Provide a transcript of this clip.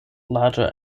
larger